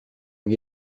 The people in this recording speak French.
lui